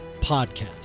podcast